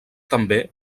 també